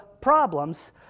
problems